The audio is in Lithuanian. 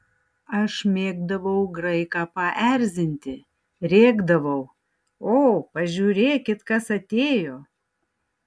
aš mėgdavau graiką paerzinti rėkdavau o pažiūrėkit kas atėjo